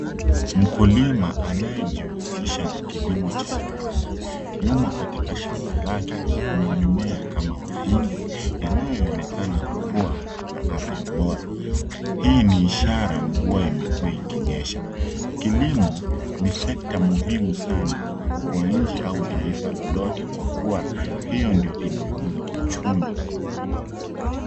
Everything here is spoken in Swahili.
Mkulima anayejihusisha na kilimo cha viwanda. Nyuma katika shamba lake na kuna mimea kama mahindi yanayoonekana kuwa na afya bora. Hii ni ishara mvua imekuwa ikinyesha. Kilimo ni sekta muhimu sana kwa nchi au taifa lolote kwa kuwa hiyo ndiyo inakuza uchumi.